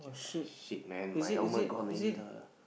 shit man my helmet gone already lah